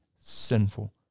sinful